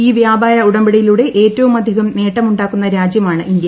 ഈ വ്യാപാര ഉടമ്പടിയിലൂടെ ഏറ്റവുമധികം നേട്ടമുണ്ടാക്കുന്നു രാജ്യമാണ് ഇന്ത്യ